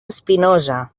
espinosa